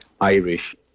Irish